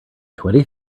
twenty